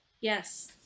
Yes